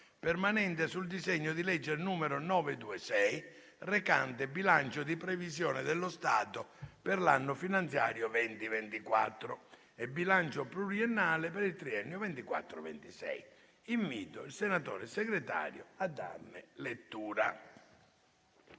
Regolamento, sul disegno di legge n. 926 recante: «Bilancio di previsione dello Stato per l’anno finanziario 2024 e bilancio pluriennale per il triennio 20242026». Invito il senatore Segretario a darne lettura.